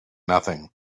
nothing